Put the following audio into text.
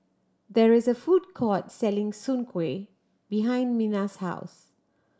there is a food court selling Soon Kuih behind Minna's house